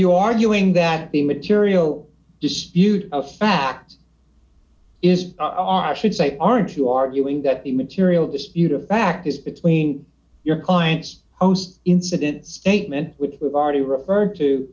you arguing that the material dispute a fact is should say aren't you arguing that the material dispute a fact is between your client's incident statement which we've already referred to